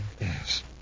Yes